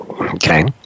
Okay